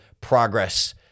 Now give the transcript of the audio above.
progress